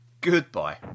Goodbye